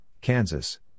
Kansas